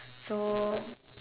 so